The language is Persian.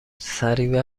سریع